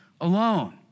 alone